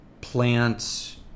plants